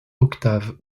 octave